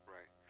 Right